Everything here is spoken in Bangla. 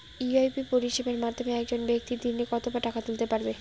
ইউ.পি.আই পরিষেবার মাধ্যমে একজন ব্যাক্তি দিনে কত টাকা তুলতে পারবে?